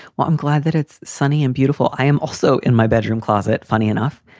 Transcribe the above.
well, i'm glad that it's sunny and beautiful. i am also in my bedroom closet. funny enough,